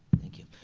thank you.